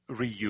reuse